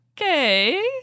okay